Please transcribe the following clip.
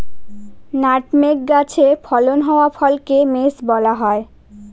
nutmeg গাছে ফলন হওয়া ফলকে মেস বলা হয়